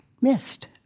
missed